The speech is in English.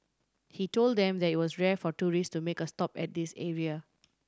he told them that it was rare for tourist to make a stop at this area